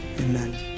amen